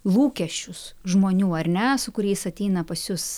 lūkesčius žmonių ar ne su kuriais ateina pas jus